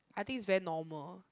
I think it's very normal